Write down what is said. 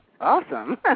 awesome